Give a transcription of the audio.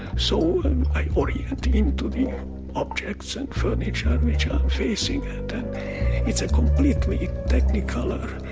so i orientate into the objects and furniture which i'm facing. it's a completely technicolour,